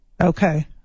Okay